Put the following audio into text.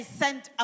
sent